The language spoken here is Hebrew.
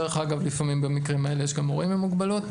דרך אגב לפעמים במקרים האלה יש גם הורים עם מוגבלות,